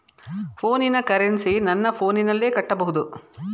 ಫೋನಿನ ಕರೆನ್ಸಿ ನನ್ನ ಫೋನಿನಲ್ಲೇ ಕಟ್ಟಬಹುದು?